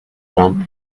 trump